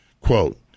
Quote